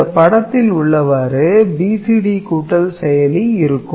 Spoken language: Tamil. இந்த படத்தில் உள்ளவாறு BCD கூட்டல் செயலி இருக்கும்